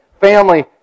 family